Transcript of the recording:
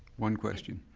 one question.